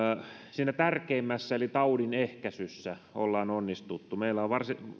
siinä tärkeimmässä eli taudin ehkäisyssä ollaan onnistuttu meillä on